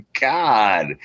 God